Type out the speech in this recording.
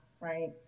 Right